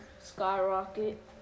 skyrocket